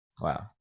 Wow